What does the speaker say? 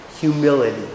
humility